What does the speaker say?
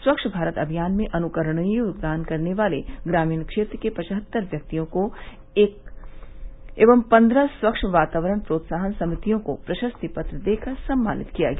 स्वच्छ भारत अभियान में अनुकरणीय योगदान करने वाले ग्रामीण क्षेत्र के पछत्तर व्यक्तियों को एवं पन्द्रह स्वच्छ वातावरण प्रोत्साहन समितियों को प्रशस्ति पत्र देकर सम्मानित किया गया